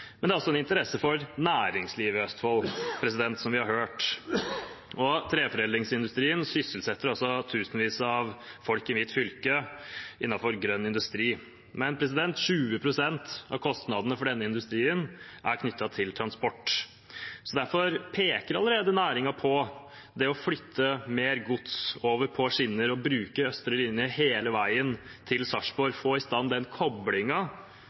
for næringslivet i Østfold, som vi har hørt. Treforedlingsindustrien sysselsetter tusenvis av folk innenfor grønn industri i mitt fylke. Men 20 pst. av kostnadene for denne industrien er knyttet til transport. Derfor peker næringen allerede på det å flytte mer gods over på skinner og å bruke østre linje hele veien til Sarpsborg, få i stand den